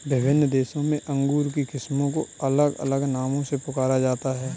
विभिन्न देशों में अंगूर की किस्मों को अलग अलग नामों से पुकारा जाता है